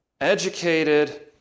educated